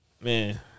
Man